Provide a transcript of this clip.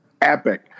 epic